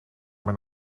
mijn